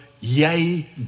yay